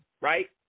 right